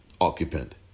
occupant